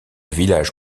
village